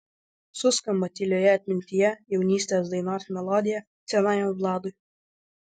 suskamba tylioje atmintyje jaunystės dainos melodija senajam vladui